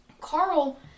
Carl